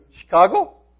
Chicago